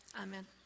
amen